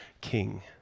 king